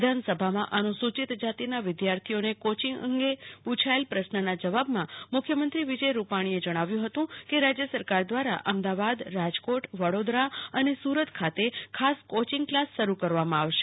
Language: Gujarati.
વિધાનસભામાં અનુસૂચિત જાતિના વિદ્યાર્થીઓને કોચિંગ અંગે પૂછાયેલા પ્રશ્નના જવાબમાં મુખ્યમંત્રી વિજય રૂપાણીએ જણાવ્યું હતું કે રાજ્ય સરકાર દ્વારા અમદાવાદ રાજકોટ વડોદરા અને સુરત ખાતે ખાસ કોચિંગ ક્લાસ શરૂ કરવામાં આવશે